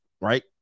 right